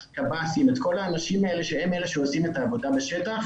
את כל האנשים האלה שהם אלה שעושים את העבודה בשטח